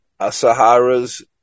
Asahara's